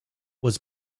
was